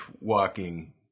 walking